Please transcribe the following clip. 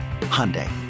Hyundai